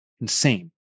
insane